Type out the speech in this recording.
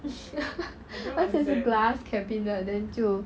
cause is glass cabinet then 就